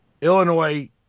Illinois